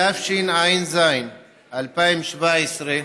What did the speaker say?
התשע"ז 2017,